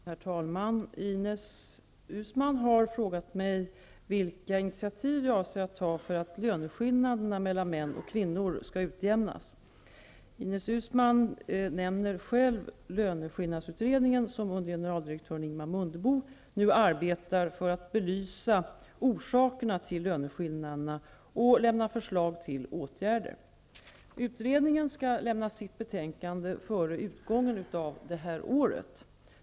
Herr talman! Ines Uusmann har frågat mig vilka initiativ jag avser att ta för att löneskillnaderna mellan män och kvinnor skall utjämnas. Ines Uusmann nämner själv löneskillnadsutredningen, som under generaldirektören Ingemar Mundebo nu arbetar för att belysa orsakerna till löneskillnaderna och lämna förslag till åtgärder. Utredningen skall lämna sitt betänkande före utgången av detta år.